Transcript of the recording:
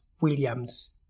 Williams